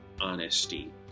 honesty